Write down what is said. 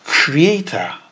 Creator